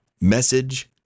message